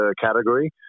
category